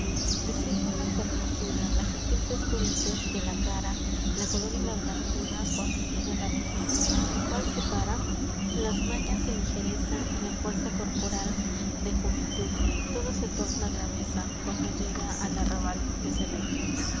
la fermosura la gentil frescura y tez de la cara la color y la blancura quando viene la vejez qual se para las mañas y ligereza y la fuera corporal de juuentud todo se torna graueza quando llega al arraual de senectud